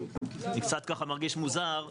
אני קצת מרגיש מוזר,